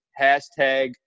hashtag